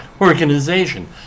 organization